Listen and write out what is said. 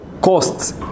costs